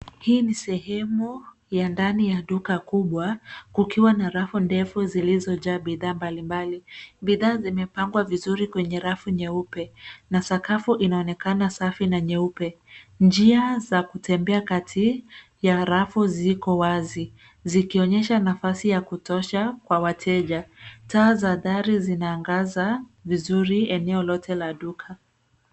Hii ni sehemu ya ndani ya duka kubwa kukiwa na rafu ndefu zilizojaa bidhaa mbalimbali. Bidhaa zimepangwa vizuri kwenye rafu nyeupe na sakafu inaonekana safi na nyeupe. Njia za kutembea kati ya rafu ziko wazi zikionyesha nafasi ya kutosha kwa wateja. Taa za dari zinaangaza vizuri eneo lote la duka.